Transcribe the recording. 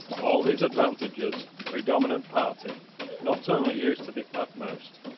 all these advantages the predominant party not only used to the utmost,